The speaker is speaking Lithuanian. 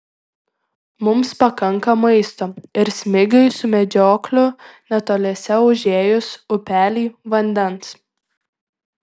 mums pakanka maisto ir smigiui su medžiokliu netoliese užėjus upelį vandens